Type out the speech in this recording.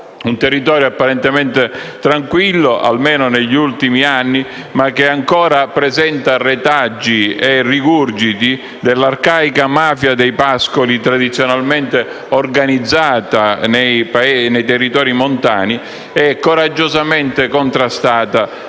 Un territorio apparentemente tranquillo, almeno negli ultimi anni, ma che ancora presenta retaggi e rigurgiti dell'arcaica mafia dei pascoli, tradizionalmente organizzata nei territori montani e coraggiosamente contrastata